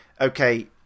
okay